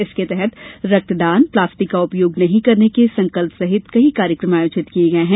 इसके तहत रक्तदान प्लास्टिक का उपयोग नहीं करने के संकल्प सहित कई कार्यक्रम आयोजित किए गए हैं